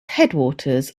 headwaters